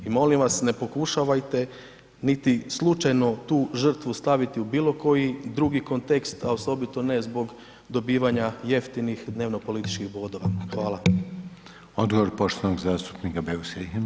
I molim vas ne pokušavajte niti slučajno tu žrtvu staviti u bilo koji kontekst a osobito ne zbog dobivanja jeftinih dnevno političkih bodova.